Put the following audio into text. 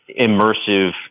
immersive